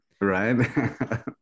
Right